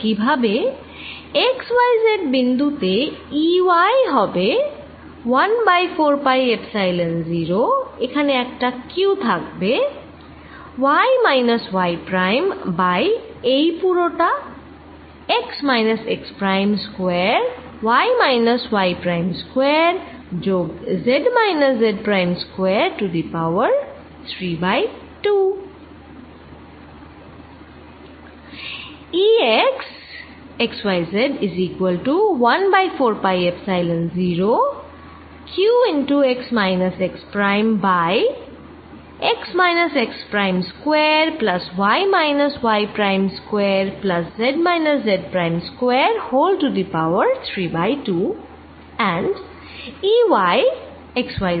একই ভাবে x y z বিন্দু তে E y হবে 1 বাই 4 পাই এপ্সাইলন 0 এখানে একটা q থাকবে y minus y prime by এই পুরোটা x minus x prime square যোগ y minus y prime square যোগ z minus z prime square to the power 3 by 2